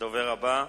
הדובר הבא,